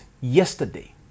yesterday